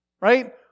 Right